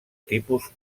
tipus